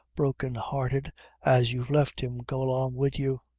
broken-hearted as you've left him, go along wid you.